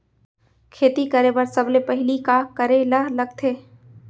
खेती करे बर सबले पहिली का करे ला लगथे?